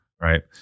Right